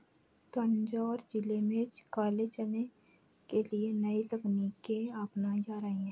तंजौर जिले में काले चने के लिए नई तकनीकें अपनाई जा रही हैं